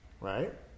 Right